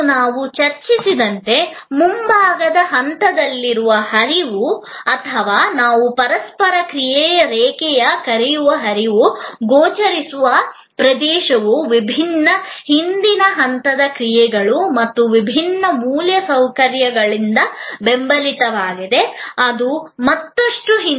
ಮತ್ತು ನಾವು ಚರ್ಚಿಸಿದಂತೆ ಮುಂಭಾಗದ ಹಂತದಲ್ಲಿರುವ ಹರಿವು ಅಥವಾ ನಾವು ಪರಸ್ಪರ ಕ್ರಿಯೆಯ ರೇಖೆಯ ಮೇಲೆ ಕರೆಯುವ ಹರಿವು ಗೋಚರಿಸುವ ಪ್ರದೇಶವು ವಿಭಿನ್ನ ಹಿಂದಿನ ಹಂತದ ಕ್ರಿಯೆಗಳು ಮತ್ತು ವಿಭಿನ್ನ ಮೂಲಸೌಕರ್ಯಗಳಿಂದ ಬೆಂಬಲಿತವಾಗಿದೆ ಅದು ಮತ್ತಷ್ಟು ಹಿಂದಿನ ತುದಿಯಲ್ಲಿದೆ